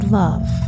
love